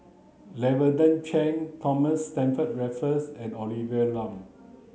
Lavender Chang Thomas Stamford Raffles and Olivia Lum